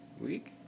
Week